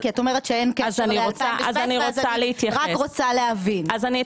כי את אומרת שאין קשר ל-2017 אז אני רק רוצה להבין.